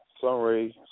Sunray